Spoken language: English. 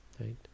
Right